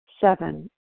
Seven